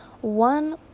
One